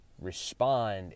respond